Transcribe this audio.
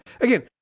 again